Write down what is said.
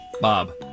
Bob